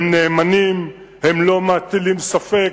הם נאמנים, הם לא מטילים ספק,